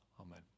Amen